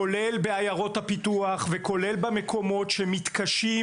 כולל בעיירות הפיתוח וכולל במקומות שמתקשים